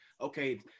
okay